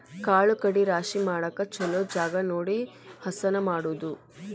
ಕಾಳು ಕಡಿ ರಾಶಿ ಮಾಡಾಕ ಚುಲೊ ಜಗಾ ನೋಡಿ ಹಸನ ಮಾಡುದು